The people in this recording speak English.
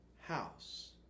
house